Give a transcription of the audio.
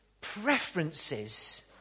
preferences